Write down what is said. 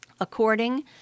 According